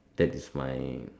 that is my